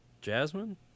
Jasmine